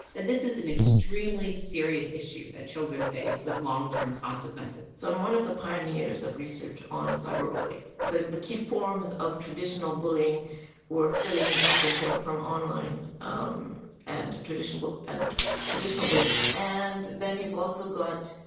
that this is an extremely serious issue that children face with longterm consequences. so i'm one of the pioneers of research on cyberbullying. the the key forms of traditional bullying were spilling back and forth from online and traditional and traditional bullying. and then you've also got